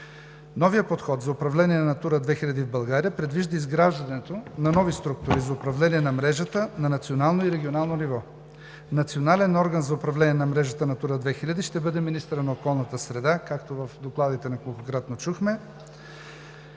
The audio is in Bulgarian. Новият подход за управление на „Натура 2000“ в България предвижда изграждането на нови структури за управление на мрежата на национално и регионално ниво. Национален орган за управление на мрежата „Натура 2000“ ще бъде министърът на околната среда и водите, както в докладите неколкократно чухме,